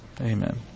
Amen